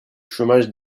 chômage